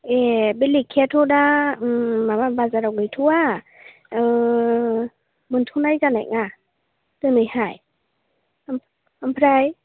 ए बे लेखायाथ' दा माबा बाजाराव गैथ'वा मोनथ'नाय जानाय नङा दिनैहाय ओमफ्राय